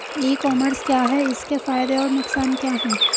ई commerce क्या है इसके फायदे और नुकसान क्या है?